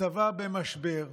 הצבא במשבר.